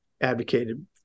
advocated